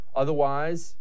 otherwise